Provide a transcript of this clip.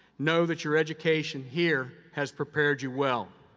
know that your education here has prepared you well.